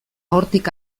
hortik